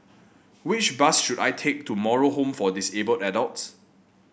which bus should I take to Moral Home for Disabled Adults